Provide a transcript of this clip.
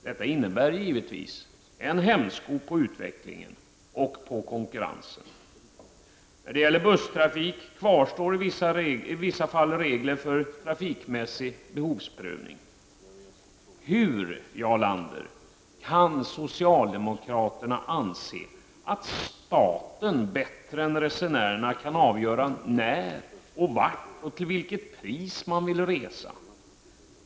Detta innebär givetvis en hämsko på utvecklingen och konkurrensen. När det gäller busstrafik kvarstår i vissa fall regler för trafikmässig behovsprövning. Hur, Jarl Lander, kan socialdemokraterna anse att staten bättre än resenärerna kan avgöra när, vart och till vilket pris man vill resa?